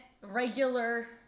regular